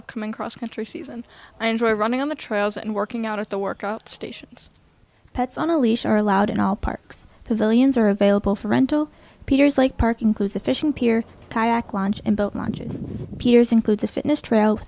upcoming cross country season i enjoy running on the trails and working out at the workout stations pets on a leash are allowed in all parks pavilions are available for rental peters like park includes a fishing pier kayak launch and boat launches piers includes a fitness trail